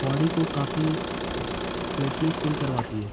body کو کافی freshness feel کرواتی ہے